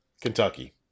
Kentucky